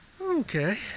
Okay